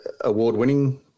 award-winning